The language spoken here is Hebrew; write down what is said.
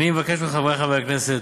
אני מבקש מחברי חברי הכנסת,